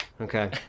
Okay